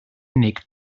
unig